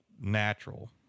natural